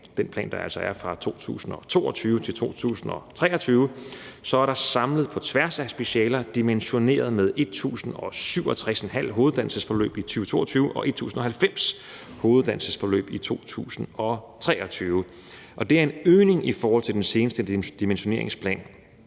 den plan, der går fra 2022 til 2023, er der på tværs af specialer samlet dimensioneret med 1.067,5 hoveduddannelsesforløb i 2022 og 1.090 hoveduddannelsesforløb i 2023. Det er en øgning i forhold til den seneste dimensioneringsplan.